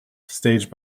staged